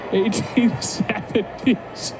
1870s